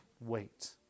Wait